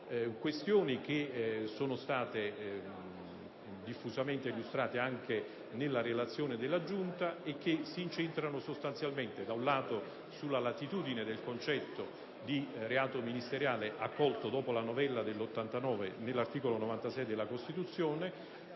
questioni che sono state diffusamente illustrate anche nella relazione della Giunta e che si incentrano sostanzialmente sulla latitudine del concetto di reato ministeriale accolto dopo la novella del 1989 nell'articolo 96 della Costituzione,